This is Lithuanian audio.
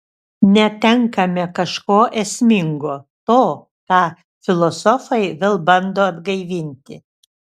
netenkame kažko esmingo to ką filosofai vėl bando atgaivinti